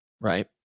right